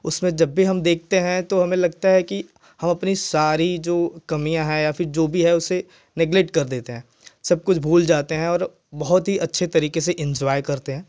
उसमें जब भी हम देखते हैं तो हमें लगता है कि हम अपनी सारी जो कमियाँ हैं या फ़िर जो भी है उसे नेगलेक्ट कर देते हैं सब कुछ भूल जाते हैं और बहुत ही अच्छी तरीके से एन्जॉय करते हैं